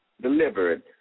delivered